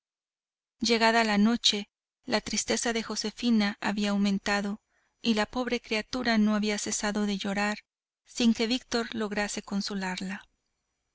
llegada la noche la tristeza de josefina había aumentado y la pobre criatura no había cesado de llorar sin que víctor lograse consolarla